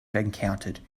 encountered